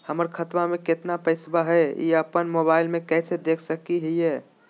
हमर खाता में केतना पैसा हई, ई अपन मोबाईल में कैसे देख सके हियई?